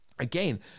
Again